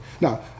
Now